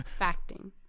Facting